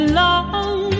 long